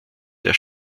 der